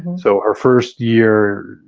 and so her first year,